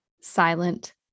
silent